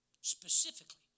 Specifically